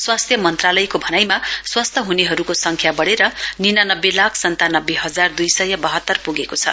स्वास्थ्य मन्त्रालयको भनाइमा स्वस्थ हनेहरूको संख्या बढेर निनानब्बे लाख सन्तानब्बे हजार दुई सय बहतर पुगेको छ